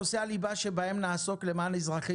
נושאי הליבה שבהם נעסוק למען אזרחי